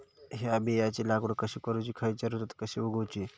हया बियाची लागवड कशी करूची खैयच्य ऋतुत कशी उगउची?